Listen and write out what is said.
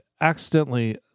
accidentally